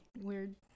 weird